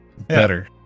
better